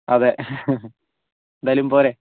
അതെ എന്തായാലും പോരേ